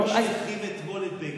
מי שהחרים אתמול את בגין,